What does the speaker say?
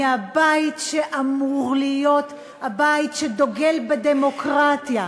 מהבית שאמור להיות הבית שדוגל בדמוקרטיה,